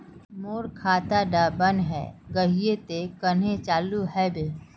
मोर खाता डा बन है गहिये ते कन्हे चालू हैबे?